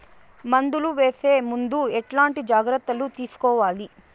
మందులు వేసే ముందు ఎట్లాంటి జాగ్రత్తలు తీసుకోవాలి?